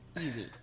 easy